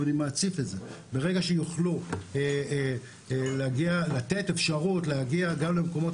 ברגע שיוכלו לתת אפשרות להגיע גם למקומות